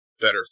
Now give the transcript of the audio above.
better